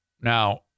now